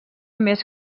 més